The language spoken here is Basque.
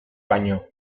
baino